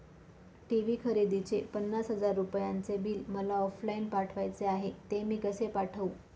TV खरेदीचे पन्नास हजार रुपयांचे बिल मला ऑफलाईन पाठवायचे आहे, ते मी कसे पाठवू?